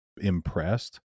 impressed